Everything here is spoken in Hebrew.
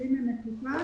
למפעלים במצוקה.